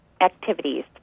activities